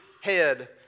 head